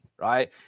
right